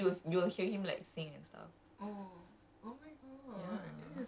ya but ini hari I think ini hari dia main muzik so